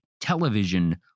television